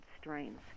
strains